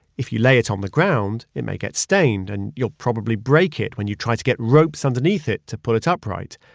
if you lay it on the ground it may get stained and you'll probably break it when you try to get ropes underneath it to pull it upright.